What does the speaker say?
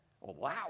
wow